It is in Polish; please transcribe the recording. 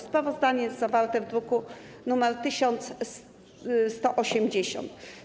Sprawozdanie jest zawarte w druku nr 1180.